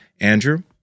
Andrew